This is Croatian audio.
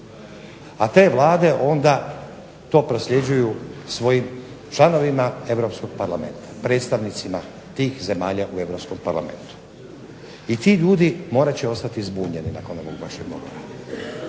A te Vlade onda to prosljeđuju svojim članovima Europskog parlamenta, predstavnicima tih zemalja u Europskom parlamentu. I ti ljudi morat će ostati zbunjeni nakon ovog vašeg govora.